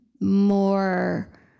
more